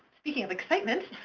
speaking of excitement,